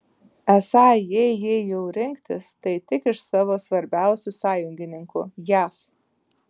esą jei jei jau rinktis tai tik iš savo svarbiausių sąjungininkų jav